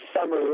summer